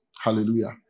Hallelujah